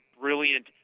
brilliant